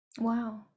Wow